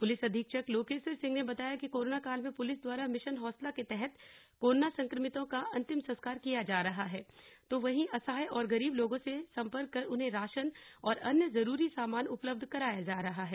police अधीक्षक लोकेश्वर सिंह ने बताया कि कोरोना काल में पुलिस द्वारा मिशन हौसला के तहत कोरोना संक्रमितों का अंतिम संस्कार किया जा रहा है तो वही असहाय और गरीब लोगों से सम्पर्क कर उन्हें राशन और अन्य जरूरी सामान उपलब्ध कराया जा रहा है